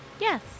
Yes